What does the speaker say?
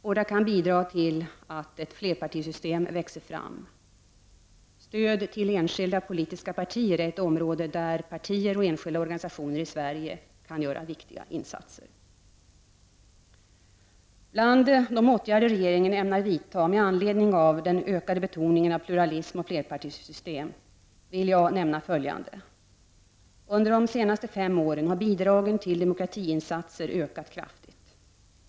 Båda kan bidra till att ett flerpartisystem växer fram. Stöd till enskilda politiska partier är ett område där partier och enskilda organisationer i Sverige kan göra viktiga insatser. Bland de åtgärder regeringen ämnar vidta med anledning av den ökande betoningen av pluralism och flerpartisystem vill jag nämna följande. Under de senaste fem åren har bidragen till demokratiinsatser ökat kraftigt.